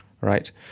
right